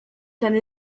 ten